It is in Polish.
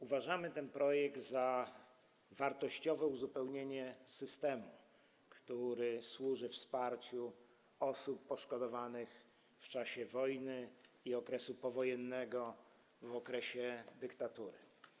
Uważamy ten projekt za wartościowe uzupełnienie systemu, które służy wsparciu osób poszkodowanych w czasie wojny i okresu powojennego, w okresie dyktatury.